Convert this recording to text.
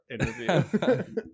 interview